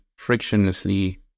frictionlessly